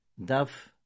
Daf